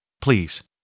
please